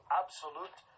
absolute